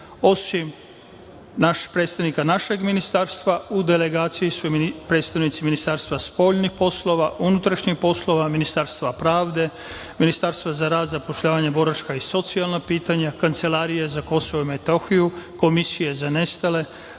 predstavnika našeg ministarstva, u delegaciji su predstavnici Ministarstva spoljnih poslova, unutrašnjih poslova, Ministarstva za rad, zapošljavanje, boračka i socijalna pitanja, Kancelarija za KiM, Komisija za nestale,